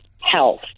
health